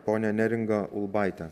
ponią neringą ulbaitę